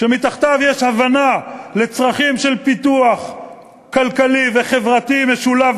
שמתחתיו יש הבנה לצרכים של פיתוח כלכלי וחברתי משולב